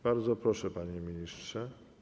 Bardzo proszę, panie ministrze.